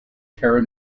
terra